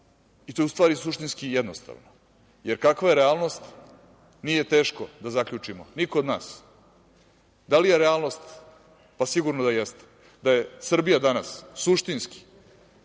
i to je u stvari suštinski jednostavno, jer kakva je realnost, nije teško da zaključimo ni kod nas da li je realnost, pa sigurno da jeste, da je Srbija danas suštinski